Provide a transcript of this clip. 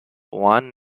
one